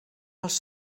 els